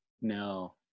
No